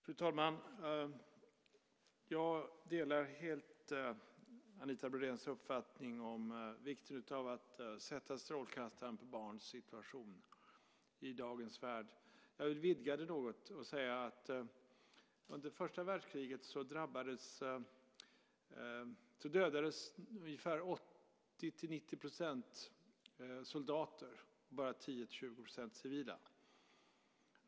Fru talman! Jag delar helt Anita Brodéns uppfattning om vikten av att sätta strålkastaren på barns situation i dagens värld. Jag vill dock vidga det något och säga att under första världskriget var 80-90 % av dem som dödades soldater och endast 10-20 % civila.